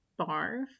barf